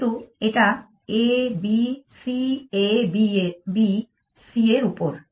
কিন্তু এটা a b c a b c এর উপর